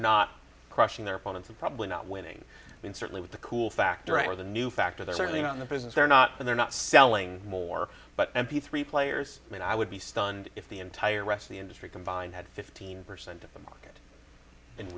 not crushing their opponents and probably not winning i mean certainly with the cool factor or the new factor they're certainly not in the business they're not they're not selling more but m p three players i mean i would be stunned if the entire rest of the industry combined had fifteen percent of the